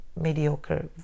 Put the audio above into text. mediocre